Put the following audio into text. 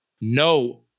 no